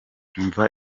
umva